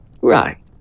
Right